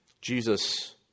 Jesus